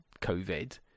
COVID